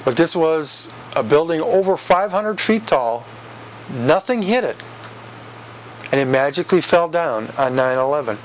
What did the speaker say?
but this was a building over five hundred feet tall nothing hit it and it magically fell down nine eleven